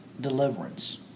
deliverance